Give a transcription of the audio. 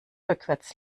rückwärts